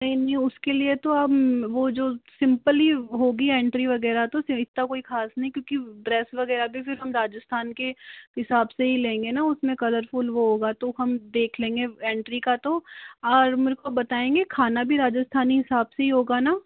नहीं नहीं उसके लिए तो आप वह जो सिंपली होगी एंट्री वगैरह तो इतना कोई खास नहीं क्योंकि ड्रेस वगैरह भी हम राजस्थान के हिसाब से लेंगे ना उसमें कलरफूल वो होगा तो हम देख लेंगे एंट्री का तो और मेरे को बताएंगे खाना भी राजस्थानी हिसाब से ही होगा ना